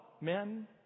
men